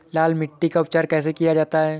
लाल मिट्टी का उपचार कैसे किया जाता है?